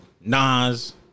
Nas